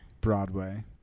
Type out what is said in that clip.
Broadway